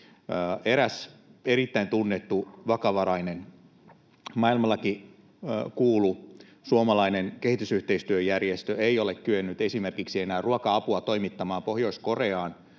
Eräs erittäin tunnettu, vakavarainen, maailmallakin kuulu suomalainen kehitysyhteistyöjärjestö ei ole kyennyt enää esimerkiksi ruoka-apua toimittamaan Pohjois-Koreaan.